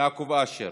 יעקב אשר,